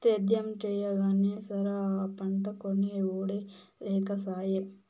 సేద్యం చెయ్యగానే సరా, ఆ పంటకొనే ఒడే లేకసాయే